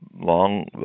long